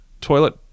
toilet